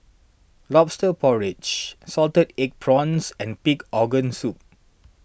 Lobster Porridge Salted Egg Prawns and Pig Organ Soup